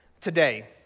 today